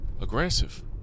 aggressive